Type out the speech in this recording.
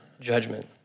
judgment